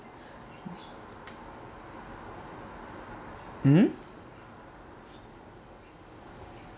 hmm